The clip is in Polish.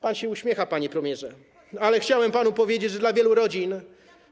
Pan się uśmiecha, panie premierze, ale chciałem panu powiedzieć, że dla wielu rodzin w Polsce.